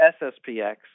SSPX